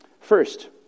First